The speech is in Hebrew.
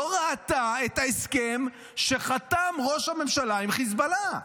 לא ראתה את ההסכם שחתם ראש הממשלה עם חיזבאללה.